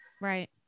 right